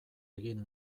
egin